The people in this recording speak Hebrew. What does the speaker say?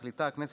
מחליטה הכנסת,